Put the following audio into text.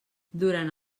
durant